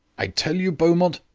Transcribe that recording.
i tell you, beaumont,